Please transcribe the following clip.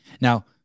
Now